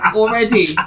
already